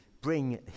bring